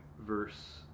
verse